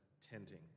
tenting